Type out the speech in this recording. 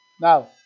Now